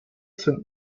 sind